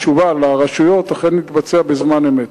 תשובה לרשויות, אכן מתבצע בזמן אמת.